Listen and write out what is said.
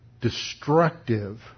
destructive